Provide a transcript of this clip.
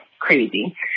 crazy